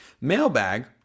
Mailbag